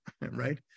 right